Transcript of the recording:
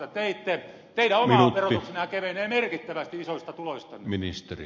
teidän oma verotuksennehan kevenee merkittävästi isoista tuloistanne